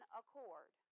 accord